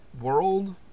world